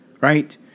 right